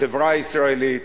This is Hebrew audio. החברה הישראלית,